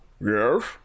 Yes